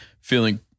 feeling